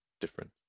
different